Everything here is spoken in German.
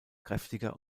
kräftiger